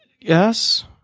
Yes